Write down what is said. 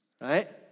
Right